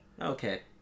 Okay